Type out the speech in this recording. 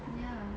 ya